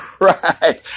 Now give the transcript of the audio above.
right